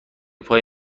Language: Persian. پای